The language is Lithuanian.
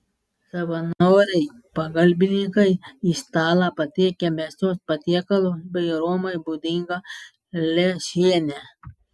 savanoriai pagalbininkai į stalą patiekia mėsos patiekalus bei romai būdingą lęšienę